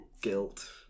Guilt